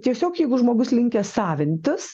tiesiog jeigu žmogus linkęs savintis